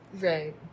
Right